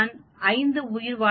நான் 5 உயிர்வாழ்வை 0